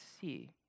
see